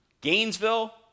Gainesville